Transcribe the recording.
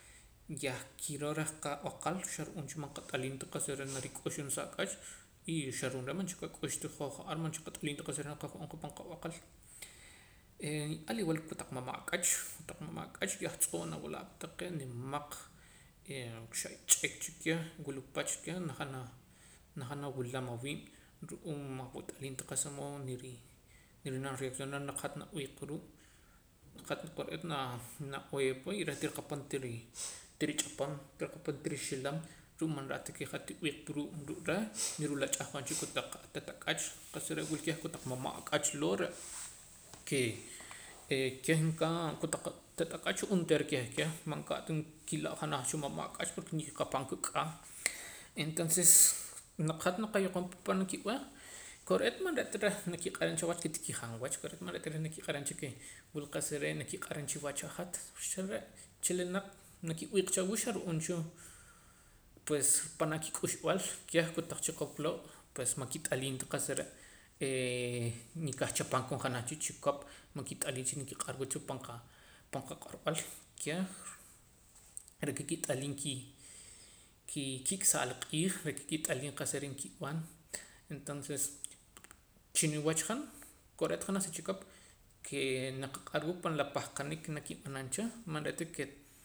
Yah kiroo reh qab'aqal xa ru'uum cha man qat'aliim ta qa'sa re' narik'uxum sa ak'ach y xa ru'uum re' man cha qak'ux ta ja'ar hoj man cha qat'aliim ta qa'sa re' naqaju'um qa pan qab'aqel al igual kotaq mama' ak'ach tan mama' ak'ach ya tz'oo' nawila' pa taqee' nimaq xa' ch'ik cha keh wul pach keh najaam najam nawulam awiib' ru'uum man nawat'aliim ta qa'sa mood niri niri'nam reaccionar naq hat nab'iiq pa ruu' hat kore'eet nab'ee pa y reh tiriqapam tiri tich'apom tiriqapam tirixilam ru'uum man ra'ta ke hat tiwii' pa ruu' reh ni ruu' la ch'ahqon cha la kotaq ate't ak'ach qa'sa re' wul keh kotaq mama' ak'ach loo' re' kee keh nkaa onteera kotaq ate't ak'ach keh onteera keh keh man ka'ta kila' junaj cha mama' ak'ach porque nkiqapam qa k'aa entoces naq hat naqayoqom pa pani kib'eh kore'eet man re'ta reh nakiq'aram cha aweh ke tikijaam awach man re'ta reh nakiq'aram cha ke wul qa'sa re' nakiq'aram chikiwach hat xa re' chilinaq nakib'iiq cha awuu' xa ru'uum cha pues panaa' kik'uxb'aal keh kotaq chikop loo' pues man kit'aliim ta qa'sa re' ee nikah chapam koon janaj cha chikop man kit'aliim si nakiq'arwa cha pan qa pan qaq'orb'al keh re'ka kit'aliim ki kii kik'saa' la q'iij re'ka kit'aliim qa'sa re' nkib'an entonces chiniwach han kore'eet janaj sa chikop kee naqaq'ar wa pan la pahqanik ke nakib'anam cha manre'ta ke